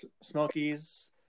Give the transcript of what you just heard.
Smokies